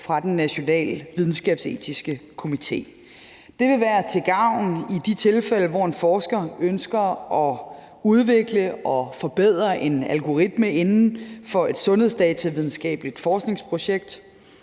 fra Den Nationale Videnskabsetiske Komité. Det vil være til gavn i de tilfælde, hvor en forsker ønsker at udvikle og forbedre en algoritme inden for et sundhedsdatavidenskabeligt forskningsprojekt.